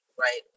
right